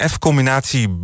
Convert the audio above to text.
F-combinatie